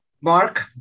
Mark